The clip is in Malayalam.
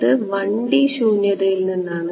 അത് 1D ശൂന്യതയിൽ നിന്നാണ്